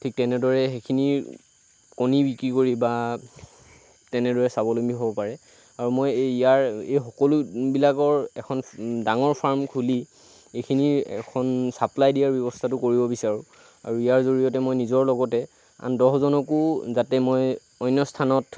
ঠিক তেনেদৰে সেইখিনি কণী বিক্ৰী কৰি বা তেনেদৰে স্বাৱলম্বী হ'ব পাৰে আৰু মই এই ইয়াৰ এই সকলোবিলাকৰ এখন ডাঙৰ ফাৰ্ম খুলি এইখিনি এখন চাপ্লাই দিয়াৰ ব্যৱস্থাটো কৰিব বিচাৰোঁ আৰু ইয়াৰ জৰিয়তে মই নিজৰ লগতে আন দহজনকো যাতে মই অন্য স্থানত